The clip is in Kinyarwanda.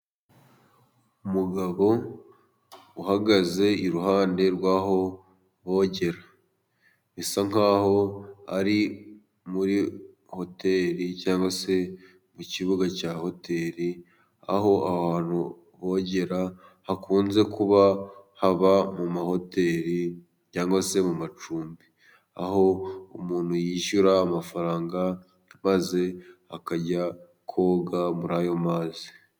Umugabo uhagaze iruhande rw'aho bogera, bisa nkaho ari muri hoteli cyangwa se mu kibuga cya hoteli, aho ahantu bogera hakunze kuba haba mu mahoteli cyangwa se mu macumbi, aho umuntu yishyura amafaranga maze akajya koga muri ayo mazi.